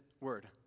word